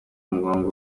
mugongo